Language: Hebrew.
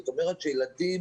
זאת אומרת שילדים,